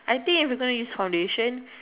I think if you gonna use foundation